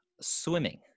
swimming